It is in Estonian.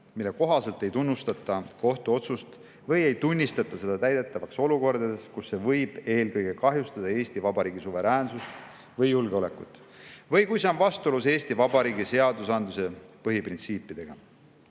mille kohaselt ei tunnustata kohtuotsust või ei tunnistata seda täidetavaks olukordades, kus see võib eelkõige kahjustada Eesti Vabariigi suveräänsust ja julgeolekut või kui see on vastuolus Eesti Vabariigi seadusandluse põhiprintsiipidega.